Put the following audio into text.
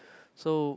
so